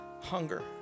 hunger